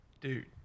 Dude